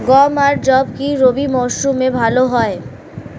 গম আর যব কি রবি মরশুমে ভালো হয়?